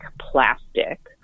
plastic